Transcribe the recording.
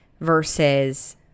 versus